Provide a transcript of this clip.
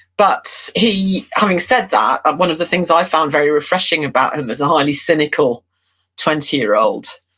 but he, having said that, one of the things i found very refreshing about him as a highly cynical twenty year old,